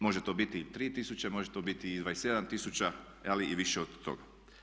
Može to biti i 3 tisuće može to biti i 27 tisuća ali i više od toga.